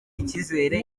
icyizere